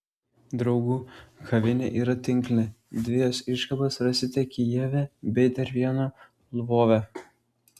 draugų kavinė yra tinklinė dvi jos iškabas rasite kijeve bei dar vieną lvove